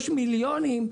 יש מיליונים.